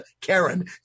Karen